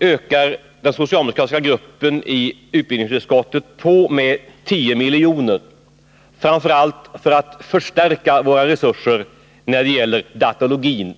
föreslår den socialdemokratiska gruppen i utbildningsutskottet en ökning med 10 miljoner — framför allt för att förstärka våra resurser när det gäller datalogin.